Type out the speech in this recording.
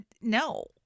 no